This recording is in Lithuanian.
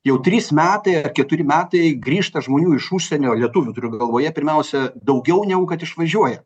jau trys metai ar keturi metai grįžta žmonių iš užsienio lietuvių turiu galvoje pirmiausia daugiau negu kad išvažiuoja